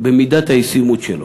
במידת הישימות שלו.